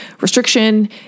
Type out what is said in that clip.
restriction